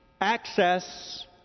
access